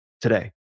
today